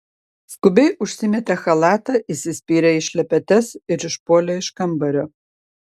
skubiai užsimetė chalatą įsispyrė į šlepetes ir išpuolė iš kambario